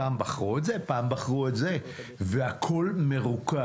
פעם בחרו את זה פעם בחרו את זה והכול מרוכז,